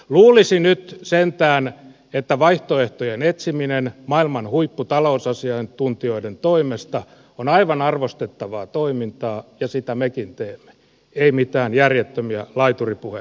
luulisi nyt sentään että vaihtoehtojen etsiminen maailman huipputalousasiantuntijoiden toimesta on aivan arvostettavaa toimintaa ja sitä mekin teemme emme mitään järjettömiä laituripuheita